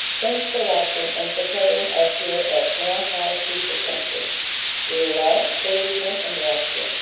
thanks for watching and supporting us here at and how t-shirt printing we love, believe in, and bless you.